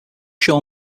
sean